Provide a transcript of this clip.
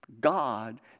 God